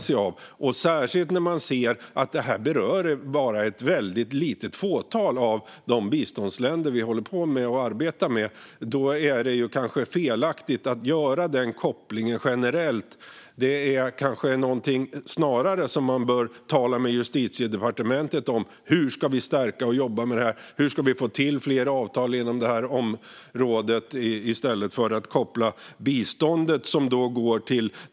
Särskilt när man ser att det här bara berör ett väldigt litet fåtal av de biståndsländer som vi arbetar med är det kanske felaktigt att göra den kopplingen generellt. Hur ska vi stärka och jobba med det här? Hur ska vi få till fler avtal inom detta område? Det kanske snarare är någonting som man bör tala med Justitiedepartementet om.